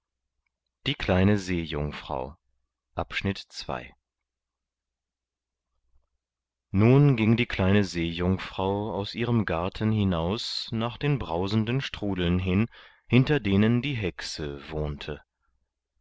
nun ging die kleine seejungfrau aus ihrem garten hinaus nach den brausenden strudeln hin hinter denen die hexe wohnte